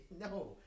No